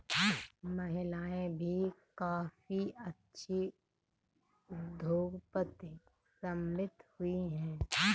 महिलाएं भी काफी अच्छी उद्योगपति साबित हुई हैं